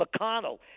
McConnell